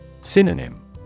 Synonym